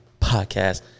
podcast